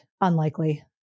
unlikely